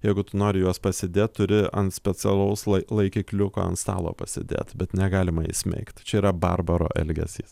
jeigu tu nori juos pasidėt turi ant specialaus lai laikikliuko ant stalo pasidėt bet negalima įsmeigt čia yra barbaro elgesys